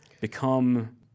become